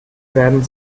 werden